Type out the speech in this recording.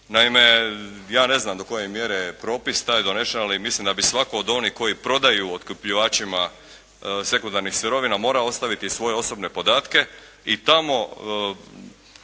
Naime, ja ne znam do koje je mjere propis taj donesen. Ali mislim da bi svatko od onih koji prodaju otkupljivačima sekundarnim sirovina mora ostaviti svoje osobne podatke i tamo